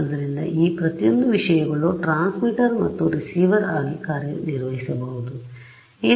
ಆದ್ದರಿಂದ ಈ ಪ್ರತಿಯೊಂದು ವಿಷಯಗಳು ಟ್ರಾನ್ಸ್ಮಿಟರ್ ಮತ್ತು ರಿಸೀವರ್ ಆಗಿ ಕಾರ್ಯನಿರ್ವಹಿಸಬಹುದು